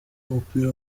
w’umupira